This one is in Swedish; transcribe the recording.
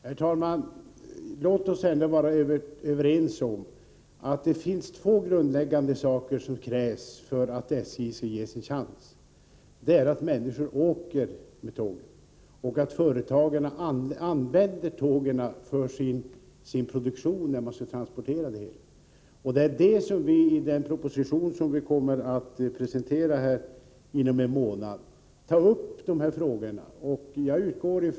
Herr talman! Låt oss ändå vara överens om att det finns två grundläggande krav som måste uppfyllas för att SJ skall ha en chans, nämligen att människor åker med tågen och att företagen använder tågen för transport av sina produkter. I den proposition som vi kommer att presentera inom en månad kommer vi att ta upp dessa frågor.